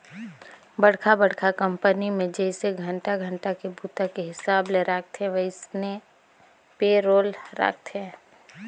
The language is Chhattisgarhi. बड़खा बड़खा कंपनी मे जइसे घंटा घंटा के बूता के हिसाब ले राखथे वइसने पे रोल राखथे